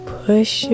push